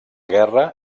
guerra